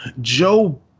Joe